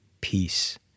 peace